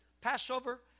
Passover